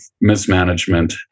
mismanagement